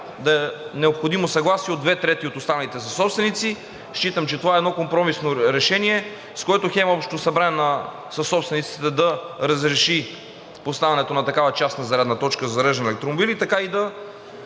да е необходимо съгласие от две трети от останалите съсобственици. Считам, че това е едно компромисно решение, с което хем общото събрание на съсобствениците да разреши поставянето на такава частна зарядна точка за зареждане на електромобили, така и да